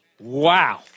Wow